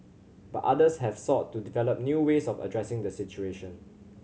but others have sought to develop new ways of addressing the situation